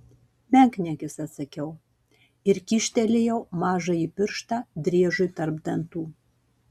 menkniekis atsakiau ir kyštelėjau mažąjį pirštą driežui tarp dantų